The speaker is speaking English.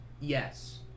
Yes